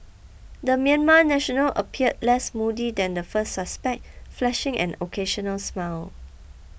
the Myanmar national appeared less moody than the first suspect flashing an occasional smile